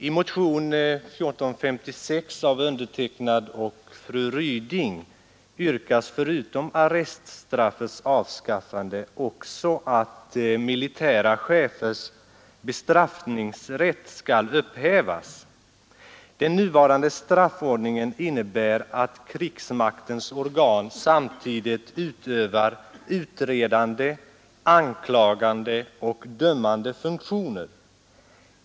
I motion nr 1456 av mig och fru Ryding yrkas, förutom arreststraffets avskaffande, att militära chefers bestraffningsrätt skall upphävas. Den nuvarande straffordningen innebär att krigsmaktens organ samtidigt utövar utredande, anklagande och dömande funktioner.